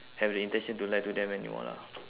have the intention to lie to them anymore lah